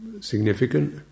significant